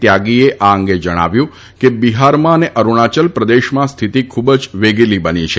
ત્યાગીએ આ અંગે જણાવ્યું કે બિહારમાં અને અરૂણાયલ પ્રદેશમાં સ્થિતિ ખૂબ જ વેગીલી છે